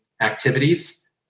activities